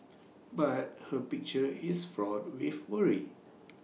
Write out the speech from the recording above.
but her picture is fraught with worry